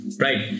right